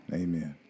amen